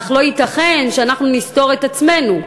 אך לא ייתכן שאנחנו נסתור את עצמנו.